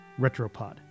Retropod